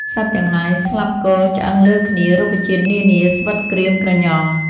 សត្វទាំងឡាយស្លាប់គរឆ្អឹងលើគ្នា រុក្ខជាតិនានាស្វិតក្រៀមក្រញ៉ង់។